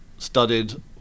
studied